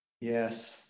Yes